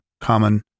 common